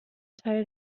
teil